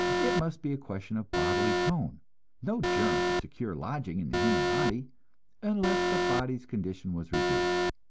it must be a question of bodily tone no germ could secure lodgment in the human body unless the body's condition was reduced.